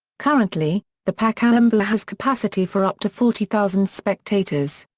currently, the pacaembu has capacity for up to forty thousand spectators.